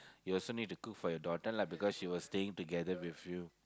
you also need to cook for your daughter lah because she was staying together with you